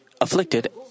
afflicted